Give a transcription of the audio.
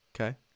Okay